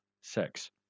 sex